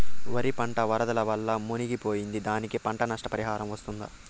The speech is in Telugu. వరి పంట వరదల వల్ల మునిగి పోయింది, దానికి పంట నష్ట పరిహారం వస్తుందా?